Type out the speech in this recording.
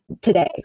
today